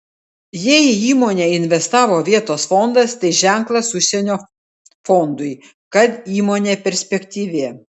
jei į įmonę investavo vietos fondas tai ženklas užsienio fondui kad įmonė perspektyvi